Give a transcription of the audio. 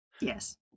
Yes